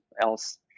else